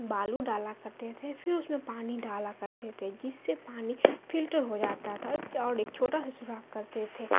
بالو ڈالا کرتے تھے پھر اس میں پانی ڈالا کرتے تھے جس سے پانی فلٹر ہو جاتا تھا اور ایک چھوٹا سے سراخ کرتے تھے